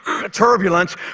Turbulence